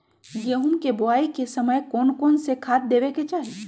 गेंहू के बोआई के समय कौन कौन से खाद देवे के चाही?